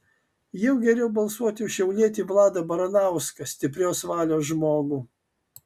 jau geriau balsuoti už šiaulietį vladą baranauską stiprios valios žmogų